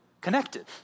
connected